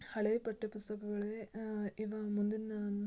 ಹಳೆ ಪಠ್ಯಪುಸ್ತಕಗಳೇ ಇವಾಗ ಮುಂದಿನ